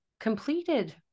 Completed